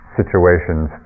situations